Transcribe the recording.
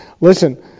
listen